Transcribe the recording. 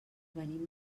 venim